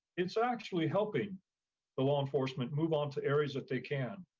it's actually helping the law enforcement move on to areas that they can.